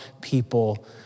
people